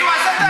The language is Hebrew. זו הסתה.